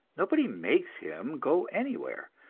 nobody makes him go anywhere,